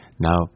now